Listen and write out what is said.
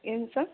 ಏನು ಸರ್